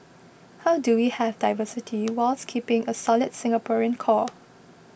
how do we have diversity whilst keeping a solid Singaporean core